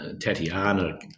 Tatiana